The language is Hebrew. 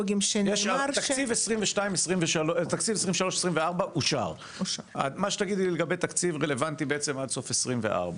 תקציב 2023-2024 אושר מה שתגידי לגבי תקציב רלוונטי עד סוף 2024,